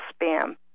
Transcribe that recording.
spam